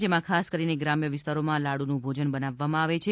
જેમા ખાસ કરીને ગ્રામ્ય વિસ્તારોમાં લાડુનુ ભોજન બનાવામાં આવે છે